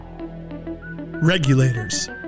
Regulators